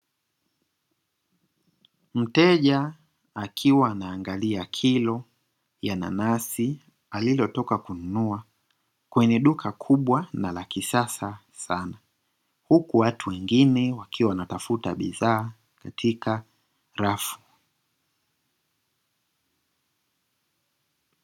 Mteja akiwa anaangalia kilo ya nanasi, alilotoka kununua kwenye duka kubwa na la kisasa sana huku watu wengine wakiwa wanatafuta bidhaa katika rafu.